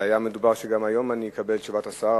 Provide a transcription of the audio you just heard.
והיה מדובר גם שהיום אני אקבל את תשובת השר,